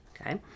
okay